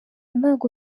ntabwo